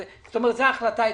זאת אומרת זו החלטה עקרונית,